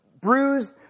bruised